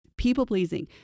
people-pleasing